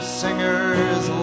singers